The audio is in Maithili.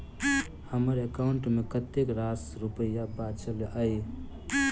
हम्मर एकाउंट मे कतेक रास रुपया बाचल अई?